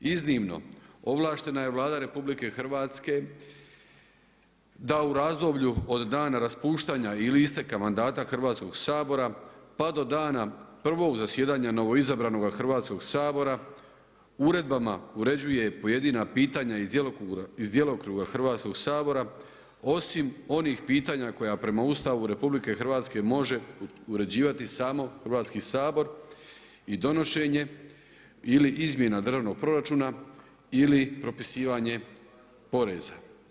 Iznimno ovlaštena je Vlada RH da u razdoblju od dana raspuštanja ili isteka mandata Hrvatskog sabora pa do dana prvog zasjedanja novoizabranoga Hrvatskog sabora uredbama uređuje pojedina pitanja iz djelokruga Hrvatskog sabora osim onih pitanja koja prema Ustavu RH može uređivati samo Hrvatski sabor i donošenje ili izmjena državnog proračuna ili propisivanje poreza.